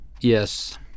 Yes